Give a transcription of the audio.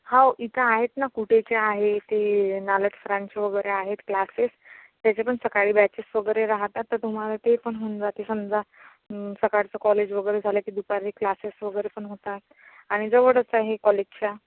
हाव इथं आहेत ना कुटेचे आहे इथे नालक सरांचे वगैरे आहेत क्लासेस त्याचे पण सकाळी बॅचेस वगैरे राहतात तर तुम्हाला ते पण होऊन जाते समजा सकाळचं कॉलेज वगैरे झाले की दुपारी क्लासेस वगैरे पण होतात आणि जवळच आहे कॉलेजच्या